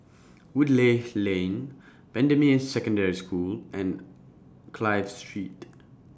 Woodleigh Lane Bendemeer Secondary School and Clive Street